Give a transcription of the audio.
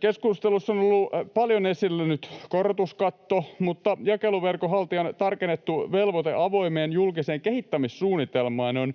Keskustelussa on ollut paljon esillä nyt korotuskatto, mutta jakeluverkon haltijan tarkennettu velvoite avoimeen, julkiseen kehittämissuunnitelmaan on